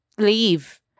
leave